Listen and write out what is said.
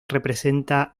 representa